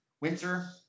winter